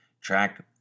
track